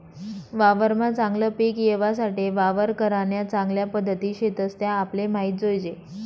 वावरमा चागलं पिक येवासाठे वावर करान्या चांगल्या पध्दती शेतस त्या आपले माहित जोयजे